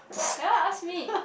cannot ask me